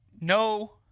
No